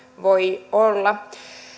voi olla